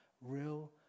real